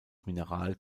mineral